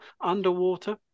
underwater